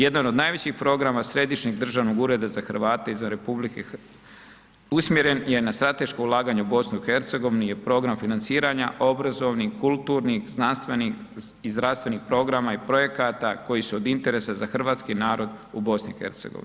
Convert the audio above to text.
Jedan od najvećih programa Središnjeg državnog ureda za Hrvate izvan RH usmjeren je na strateško ulaganje u BiH je program financiranja, obrazovnih, kulturnih, znanstvenih i zdravstvenih programa i projekata koji su od interesa za hrvatski narod u BiH.